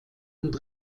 und